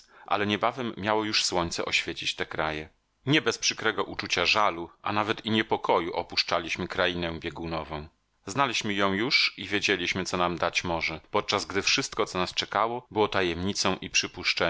ale niebawem miało już słońce oświecić te kraje nie bez przykrego uczucia żalu a nawet i niepokoju opuszczaliśmy krainę biegunową znaliśmy ją już i wiedzieliśmy co nam dać może podczas gdy wszystko co nas czekało było tajemnicą i przypuszczeniem